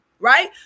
right